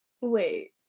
Wait